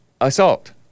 assault